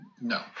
no